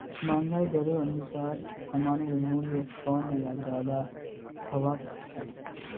महंगाई दरेर अनुसार सामानेर मूल्य कम या ज्यादा हबा सख छ